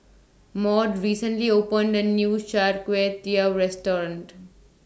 Maude recently opened A New Char Kway Teow Restaurant